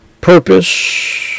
purpose